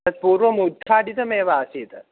तत्पूर्वम् उद्घाटितमेव आसीत्